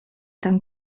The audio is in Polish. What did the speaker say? tam